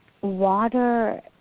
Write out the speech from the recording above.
water